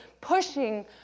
pushing